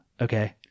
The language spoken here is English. Okay